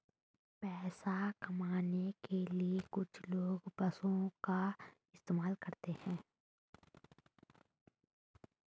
पैसा कमाने के लिए कुछ लोग पशुओं का इस्तेमाल करते हैं